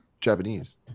Japanese